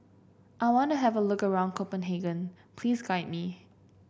I want to have a look around Copenhagen please guide me